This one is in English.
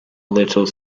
little